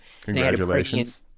Congratulations